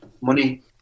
money